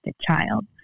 child